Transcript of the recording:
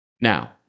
Now